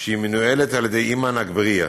שמנוהלת על ידי איימן אגבריה,